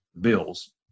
bills